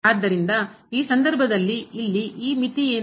ಆದ್ದರಿಂದ ಈ ಸಂದರ್ಭದಲ್ಲಿ ಇಲ್ಲಿ ಈ ಮಿತಿ ಏನು